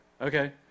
Okay